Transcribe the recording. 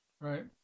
Right